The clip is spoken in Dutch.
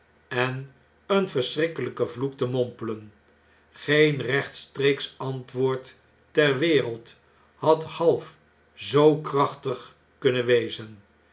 en een verschrikkelflken vloek te mompelen geen rechtstreeksch antwoord ter wereld had half zoo krachtig kunnen wezen